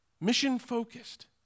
mission-focused